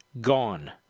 gone